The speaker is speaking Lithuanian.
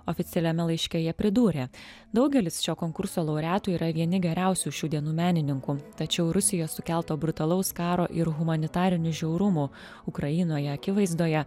oficialiame laiške jie pridūrė daugelis šio konkurso laureatų yra vieni geriausių šių dienų menininkų tačiau rusijos sukelto brutalaus karo ir humanitarinių žiaurumų ukrainoje akivaizdoje